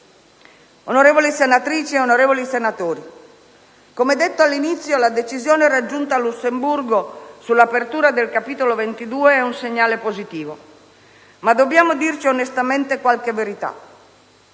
Onorevoli senatrici e senatori, come detto all'inizio, la decisione raggiunta a Lussemburgo sull'apertura del capitolo 22 è un segnale positivo, ma dobbiamo dirci onestamente qualche verità.